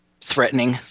threatening